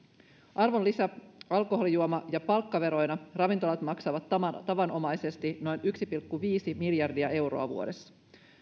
arvonlisä alkoholijuoma ja palkkaveroina ravintolat maksavat tavanomaisesti noin yksi pilkku viisi miljardia euroa vuodessa